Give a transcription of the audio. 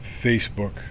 Facebook